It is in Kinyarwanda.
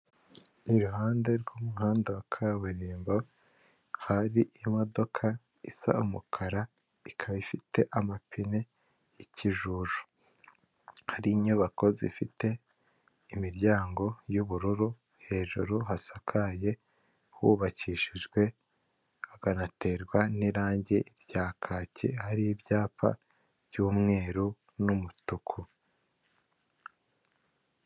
Iruhande rw'umuhanda wa kaburimbo hari imodoka isa umukara ikaba ifite amapine y'ikijuju hari inyubako zifite imiryango y'ubururu hejuru hasakaye hubakishijwe hakanaterwa n'irangi rya kakiyi hari ibyapa by'umweru, n'umutuku.